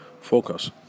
focus